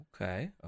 Okay